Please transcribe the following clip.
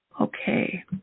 Okay